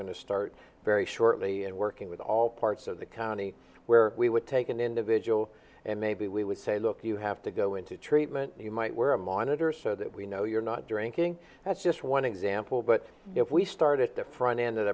to start very shortly and working with all parts of the county where we would take an individual and maybe we would say look you have to go into treatment you might wear a monitor so that we know you're not drinking that's just one example but if we start at the front end